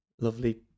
Lovely